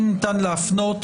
אם ניתן להפנות,